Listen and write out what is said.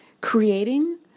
creating